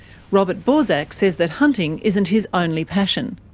robert borsak says that hunting isn't his only passion.